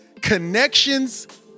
Connections